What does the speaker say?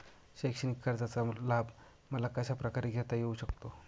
शैक्षणिक कर्जाचा लाभ मला कशाप्रकारे घेता येऊ शकतो?